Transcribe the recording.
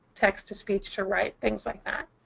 text-to-speech to write, things like that.